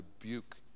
rebuke